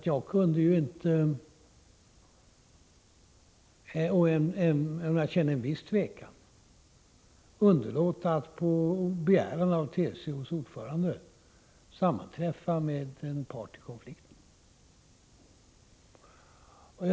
För det andra, beträffande statsministerns roll i sådana här situationer, är det helt enkelt så att jag, även om jag kände en viss tvekan, inte kunde underlåta att på begäran av TCO:s ordförande sammanträffa med en part i konflikten.